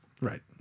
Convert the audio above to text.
Right